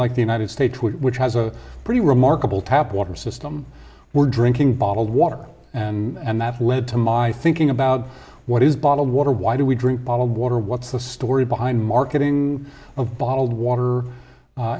like the united states which has a pretty remarkable tap water system were drinking bottled water and that led to my thinking about what is bottled water why do we drink bottled water what's the story behind marketing of bottled water